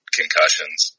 concussions